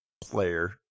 player